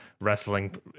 wrestling